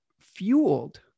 fueled